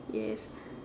yes